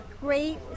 great